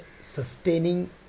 sustaining